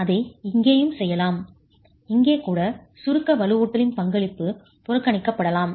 அதை இங்கேயும் செய்யலாம் இங்கே கூட சுருக்க வலுவூட்டலின் பங்களிப்பு புறக்கணிக்கப்படலாம்